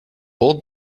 old